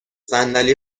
صندلی